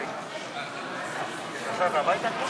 את מחכה שהם ישבו.